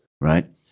right